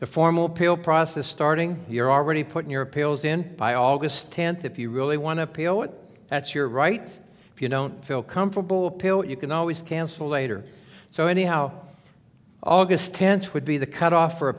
the formal pill process starting you're already putting your appeals in by august tenth if you really want to appeal but that's your right if you don't feel comfortable pill you can always cancel later so anyhow august tenth would be the cutoff for